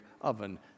oven